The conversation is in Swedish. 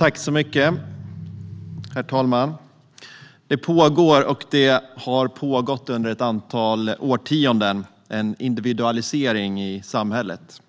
Herr talman! Det pågår och har under ett antal årtionden pågått en individualisering i samhället.